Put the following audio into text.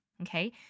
okay